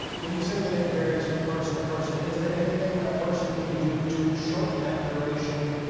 when you say that it varies from person to person, is there anything a person can do to shorten that duration?